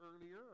earlier